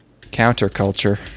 counterculture